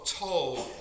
told